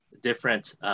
different